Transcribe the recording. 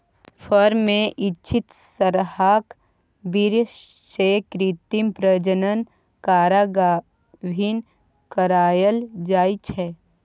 firm मे इच्छित सरहाक बीर्य सँ कृत्रिम प्रजनन करा गाभिन कराएल जाइ छै